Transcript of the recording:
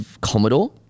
Commodore